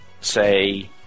say